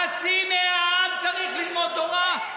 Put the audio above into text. חצי מהעם צריך ללמוד תורה,